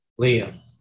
Liam